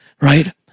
right